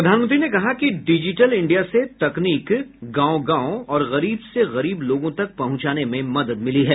प्रधानमंत्री ने कहा कि डिजिटल इंडिया से तकनीक गांव गांव और गरीब से गरीब लोगों तक पहुंचाने में मदद मिली है